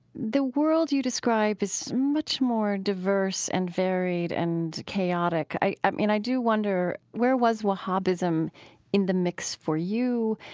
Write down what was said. the world you describe is much more diverse and varied and chaotic. i mean, i do wonder where was wahhabism in the mix for you?